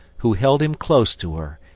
who held him close to her,